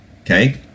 Okay